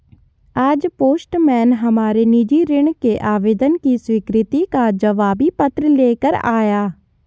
आज पोस्टमैन हमारे निजी ऋण के आवेदन की स्वीकृति का जवाबी पत्र ले कर आया